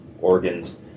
organs